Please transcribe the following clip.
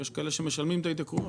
יש כאלה שמשלמים את ההתייקרויות.